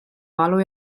valu